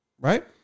Right